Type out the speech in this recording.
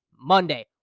Monday